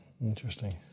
interesting